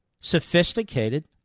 Sophisticated